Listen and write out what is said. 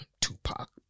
Tupac